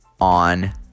on